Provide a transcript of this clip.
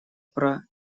про